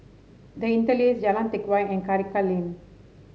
The Interlace Jalan Teck Whye and Karikal Lane